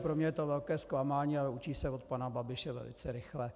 Pro mě je to velké zklamání, ale učí se od pana Babiše velice rychle.